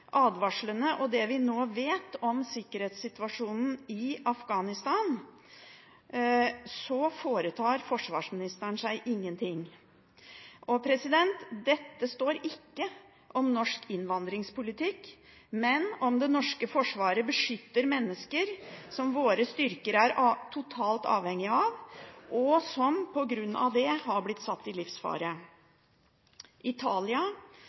advarslene og det vi nå vet om sikkerhetssituasjonen i Afghanistan, foretar forsvarsministeren seg ingenting. Dette handler ikke om norsk innvandringspolitikk, men om hvorvidt det norske forsvaret beskytter mennesker som våre styrker er totalt avhengige av, og som på grunn av det har blitt satt i livsfare. Italia